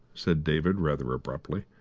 said david rather abruptly.